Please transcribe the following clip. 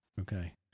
Okay